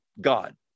God